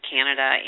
Canada